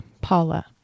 Paula